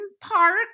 park